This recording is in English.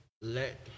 let